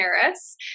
Harris